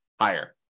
higher